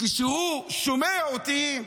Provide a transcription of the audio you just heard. שכשהם שומעים אותי,